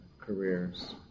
careers